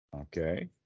okay